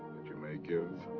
that you may give